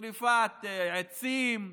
שרפת עצים,